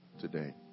today